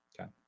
Okay